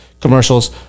commercials